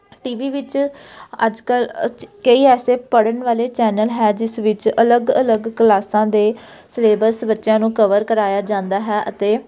T V ਵਿੱਚ ਅੱਜ ਕੱਲ੍ਹ 'ਚ ਕਈ ਐਸੇ ਪੜ੍ਹਨ ਵਾਲੇ ਚੈਨਲ ਹੈ ਜਿਸ ਵਿੱਚ ਅਲੱਗ ਅਲੱਗ ਕਲਾਸਾਂ ਦੇ ਸਿਲੇਬਸ ਬੱਚਿਆਂ ਨੂੰ ਕਵਰ ਕਰਾਇਆ ਜਾਂਦਾ ਹੈ ਅਤੇ